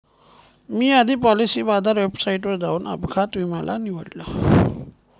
मी आधी पॉलिसी बाजार वेबसाईटवर जाऊन अपघात विमा ला निवडलं